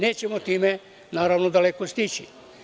Nećemo time, naravno, daleko stići.